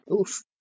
Oof